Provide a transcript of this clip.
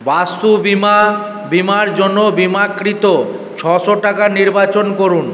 বাস্তু বীমা বীমার জন্য বিমাকৃত ছশো টাকা নির্বাচন করুন